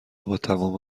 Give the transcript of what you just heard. باتمام